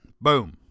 Boom